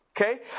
okay